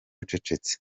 ucecetse